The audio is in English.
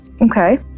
Okay